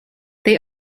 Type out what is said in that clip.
they